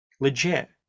Legit